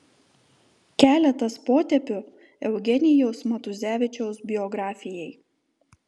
keletas potėpių eugenijaus matuzevičiaus biografijai